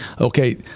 okay